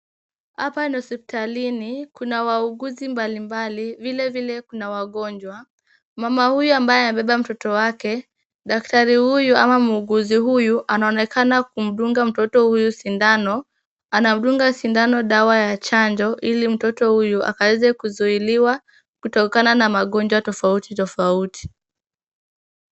Hapa ni hospitalini, kuna wauguzi mbalimbali, vilevile kuna wagonjwa. Mama huyu ambaye amebeba mtoto wake, daktari huyu ama muuguzi huyu anaonekana kumdunga mtoto huyu sindano, anamdunga sindano dawa ya chanjo ili mtoto huyu akaweze kuzuiliwa kutokana na magonjwa tofauti tofauti.